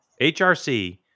HRC